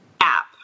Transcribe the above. app